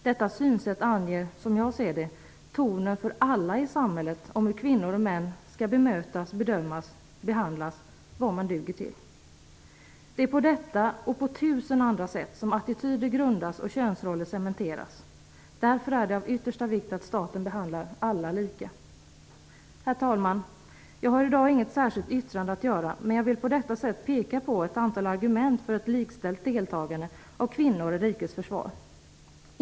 Detta synsätt anger, som jag ser det, tonen för alla i samhället om hur kvinnor och män skall bemötas, bedömas och behandlas, dvs. vad man duger till. Det är på detta sätt och på tusen andra sätt som attityder grundas och könsroller cementeras. Därför är det av yttersta vikt att staten behandlar alla lika. Herr talman! Jag har i dag inget särskilt yrkande att göra, men jag vill på detta sätt peka på ett antal argument för ett likställd deltagande för kvinnor i rikets försvar.